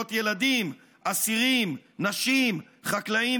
האיש הזה לא יקרה במליאת הכנסת לקצין צה"ל קלגס.